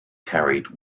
carried